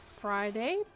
Friday